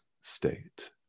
state